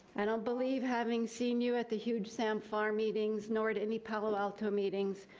i don't believe having seen you at the huge sam farm meetings nor at any palo alto meetings.